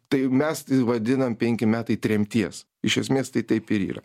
tai mes vadinam penki metai tremties iš esmės tai taip ir yra